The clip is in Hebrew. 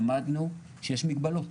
למדנו שיש מגבלות